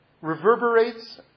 reverberates